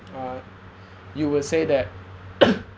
uh you will say that